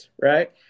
Right